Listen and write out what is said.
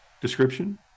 description